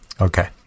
Okay